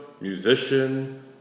musician